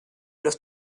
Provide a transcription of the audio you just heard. los